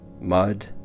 mud